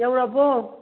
ꯌꯧꯔꯕꯣ